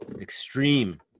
extreme